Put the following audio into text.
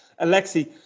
Alexi